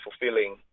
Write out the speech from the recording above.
fulfilling